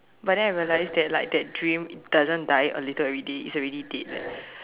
but then I realize that like that dream doesn't die a little everyday it's already dead eh